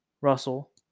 Russell